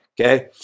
okay